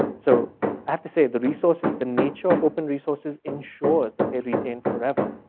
so i have to say, the resources, the nature of open resources ensures that they retain forever.